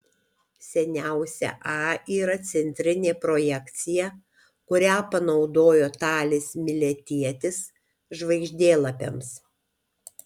seniausia a yra centrinė projekcija kurią panaudojo talis miletietis žvaigždėlapiams